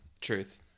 Truth